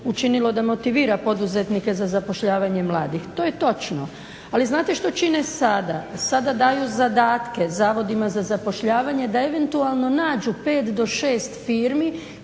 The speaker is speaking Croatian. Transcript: učinilo da motivira poduzetnike za zapošljavanje mladih. To je točno. Ali znate što čine sada? Sada daju zadatke zavodima za zapošljavanje da eventualno nađu 5 do 6 firmi